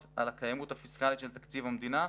על הקיימות הפיסקאלית של תקציב המדינה,